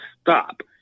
stop